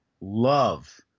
love